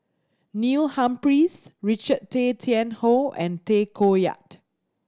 Neil Humphreys Richard Tay Tian Hoe and Tay Koh Yat